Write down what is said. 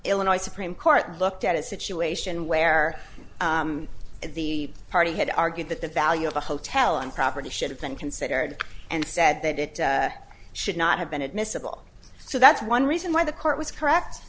illinois supreme court looked at a situation where the party had argued that the value of a hotel and property should have been considered and said that it should not have been admissible so that's one reason why the court was correct